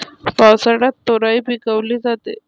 पावसाळ्यात तोराई पिकवली जाते